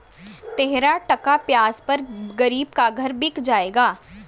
तेरह टका ब्याज पर गरीब का घर बिक जाएगा